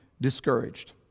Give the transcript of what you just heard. discouraged